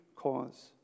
cause